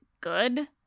good